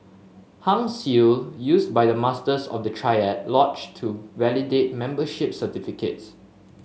Hung Seal used by the Masters of the triad lodge to validate membership certificates